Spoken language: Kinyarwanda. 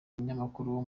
umunyamakuru